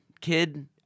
kid